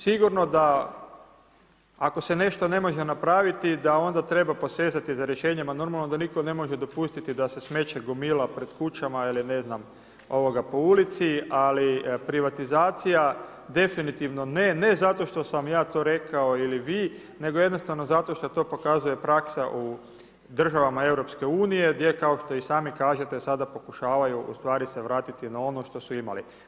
Sigurno da ako se nešto ne može napraviti da onda treba posezati za rješenjima, a normalno da nitko ne može dopustiti da se smeće gomila pred kućama ili ne znam po ulici, ali privatizacija definitivno ne, ne zato što sam ja to rekao ili vi nego jednostavno zato što to pokazuje praksa u državama EU gdje kao što i sami kažete sada pokušavaju ustvari se vratiti na ono što su imali.